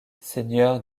seigneur